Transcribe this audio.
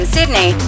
Sydney